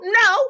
no